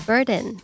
Burden